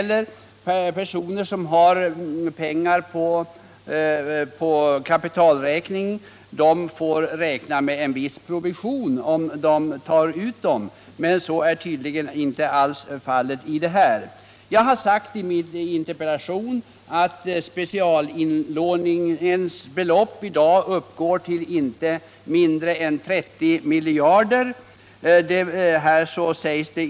Personer som har pengar på kapitalräkning får annars räkna med att betala en viss provision, om de tar ut dem i förtid, men så är tydligen inte alls fallet när det gäller specialinlåning. Nr 30 Jag har sagt i min interpellation att specialinlåningen f. n. uppgår till inte mindre än 30 miljarder.